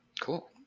Cool